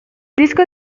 disco